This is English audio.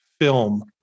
film